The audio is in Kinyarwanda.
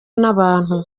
n’abantu